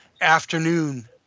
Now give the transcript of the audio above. afternoon